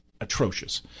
atrocious